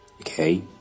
Okay